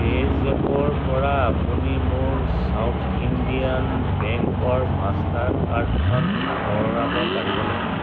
পে'জেপৰ পৰা আপুনি মোৰ সাউথ ইণ্ডিয়ান বেংকৰ মাষ্টাৰ কাৰ্ডখন আঁতৰাব পাৰিব নেকি